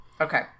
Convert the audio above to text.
Okay